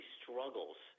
struggles